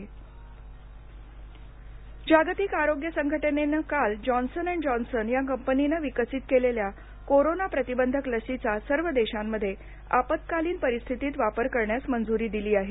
Johnson लस जागतिक आरोग्य संघटनेनं काल जॉन्सन अँड जॉन्सन या कंपनीनं विकसीत केलेल्या कोरोना प्रतिबंधक लशीचा सर्व देशांमध्ये आपत्कालीन परिस्थितीत वापर करण्यास मंजूरी दिली आहे